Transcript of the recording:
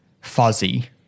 fuzzy